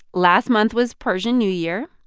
last month was persian new year,